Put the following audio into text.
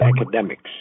academics